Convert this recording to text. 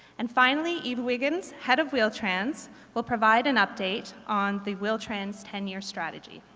and finally eve wigging, head of wheel-trans will provide an update on the wheel-trans ten-year strategy.